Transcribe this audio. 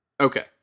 Okay